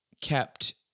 kept